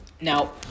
Now